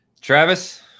Travis